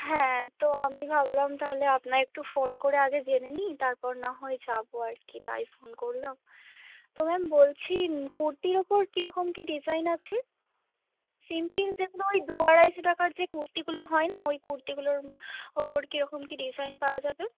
হ্যাঁ তো আমি ভাবলাম তাহলে আপনাকে একটু ফোন করে আগে জেনে নিই তারপর না হয় যাবো আর কি তাই ফোন করলাম তো ম্যাম বলছি কুর্তির ওপর কী রকম কী ডিজাইন আছে সিম্পিল যেগুলো ওই দু আড়াইশো টাকার যে কুর্তিগুলো হয় না ওই কুর্তিগুলোর ওপর কী রকম কী ডিজাইন পাওয়া যাবে